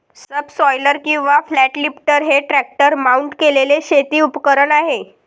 subsoiler किंवा flat lifter हे tractor mount केलेले शेती उपकरण आहे